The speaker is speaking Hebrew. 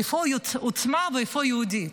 איפה עוצמה ואיפה יהודית?